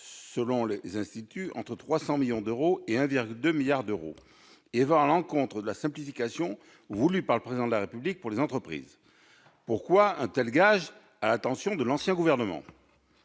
selon les instituts, entre 300 millions d'euros et 1,2 milliard d'euros, et va à l'encontre de la simplification voulue par le Président de la République pour les entreprises. Pourquoi un tel gage à l'intention de l'ancien gouvernement ?